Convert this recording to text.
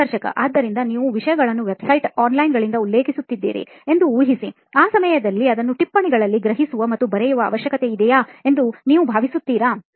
ಸಂದರ್ಶಕಆದ್ದರಿಂದ ನೀವು ವಿಷಯಗಳನ್ನೂ website onlineಗಳಿಂದ ಉಲ್ಲೇಖಿಸುತ್ತಿದ್ದೀರಿ ಎಂದು ಊಹಿಸಿ ಆ ಸಮಯದಲ್ಲಿ ಅದನ್ನು ಟಿಪ್ಪಣಿಗಳಲ್ಲಿ ಗ್ರಹಿಸುವ ಮತ್ತು ಬರೆಯುವ ಅವಶ್ಯಕತೆಯಿದೆ ಎಂದು ನೀವು ಭಾವಿಸುತ್ತೀರಾ